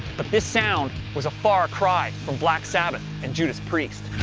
but this sound was a far cry from black sabbath and judas priest.